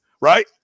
right